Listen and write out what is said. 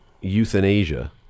euthanasia